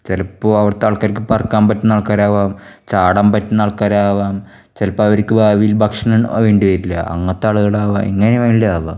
ചിലപ്പോൾ അവിടത്തെ ആൾക്കാർക്ക് പറക്കാൻ പറ്റുന്ന ആൾക്കാരാവാം ചാടാൻ പറ്റുന്ന ആൾക്കാരാവാം ചിലപ്പോൾ അവർക്ക് ഭാവിയിൽ ഭക്ഷണം വേണ്ടി വരില്ല അങ്ങനത്തെ ആളുകളാവാം എങ്ങനെ വേണേലും ആവാം